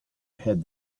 head